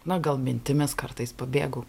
na gal mintimis kartais pabėgu